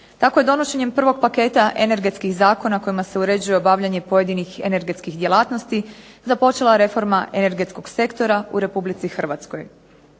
Tako je donošenjem prvog paketa energetskih zakona kojima se uređuje obavljanje pojedinih energetskih djelatnosti započela reforma energetskog sektora u RH. Na taj